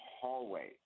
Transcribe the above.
hallway